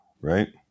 right